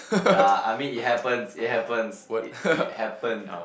ya I mean it happens it happens it it happened